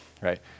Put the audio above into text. right